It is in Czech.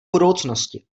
budoucnosti